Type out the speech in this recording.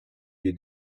you